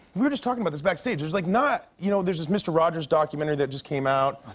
we were just talking about this backstage, there's like not you know, there's this mr. rogers documentary that just came out.